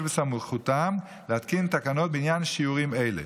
בסמכותם להתקין תקנות בעניין שיעורים אלה.